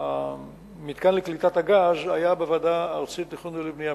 המתקן לקליטת הגז היה בוועדה הארצית לתכנון ובנייה,